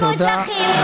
אנחנו אזרחים,